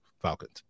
Falcons